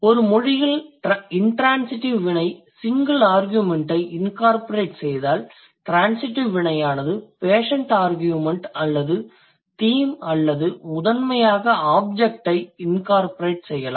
ஒரு மொழியில் இண்ட்ரான்சிடிவ் வினை சிங்கிள் ஆர்கியுமெண்ட்டை incorporateசெய்திருந்தால் ட்ரான்சிடிவ் வினையானது பேஷண்ட் ஆர்கியுமெண்ட் அல்லது தீம் அல்லது முதன்மையாக ஆப்ஜெக்ட் ஐ incorporate செய்யலாம்